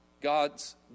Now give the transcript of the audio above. God's